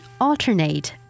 alternate